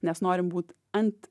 nes norim būt ant